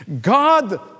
God